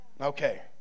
okay